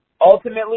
Ultimately